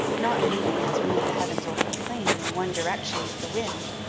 not moving as move the heavens over a plain, in one direction with the wind,